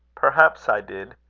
perhaps i did.